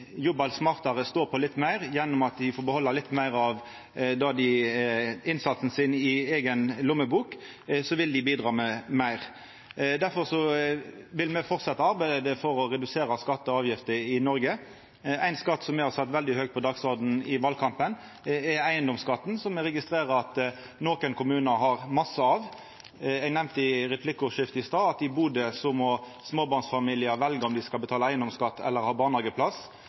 jobba litt smartare, stå på litt meir, gjennom at dei får behalda litt meir av innsatsen sin i eiga lommebok, vil dei bidra med meir. Difor vil me framleis arbeida for å redusera skattar og avgifter i Noreg. Ein skatt som me har sett veldig høgt på dagsordenen i valkampen, er eigedomsskatten, som me registrerer at nokre kommunar har masse av. Eg nemnde i replikkordskiftet i stad at i Bodø må småbarnsfamiliar velja om dei skal betala eigedomsskatt eller ha